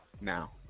now